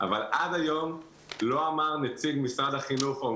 אבל עד היום לא אמר נציג משרד החינוך או